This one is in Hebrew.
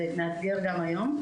זה מאתגר גם היום.